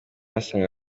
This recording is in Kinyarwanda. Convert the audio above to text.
asanga